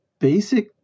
basic